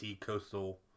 Coastal